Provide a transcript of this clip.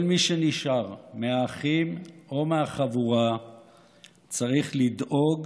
כל מי שנשאר מהאחים או מהחבורה צריך לדאוג,